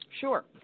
Sure